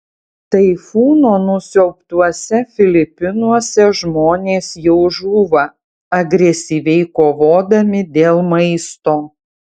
taifūno nusiaubtuose filipinuose žmonės jau žūva agresyviai kovodami dėl maisto